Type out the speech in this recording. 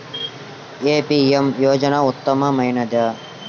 ఏ PM యోజన ఉత్తమమైనది?